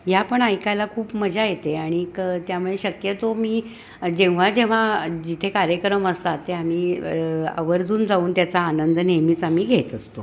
ह्या पण ऐकायला खूप मजा येते आणिक त्यामुळे शक्यतो मी जेव्हा जेव्हा जिथे कार्यक्रम असतात ते आम्ही आवर्जून जाऊन त्याचा आनंद नेहमीच आम्ही घेत असतो